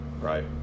right